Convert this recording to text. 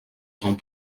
grands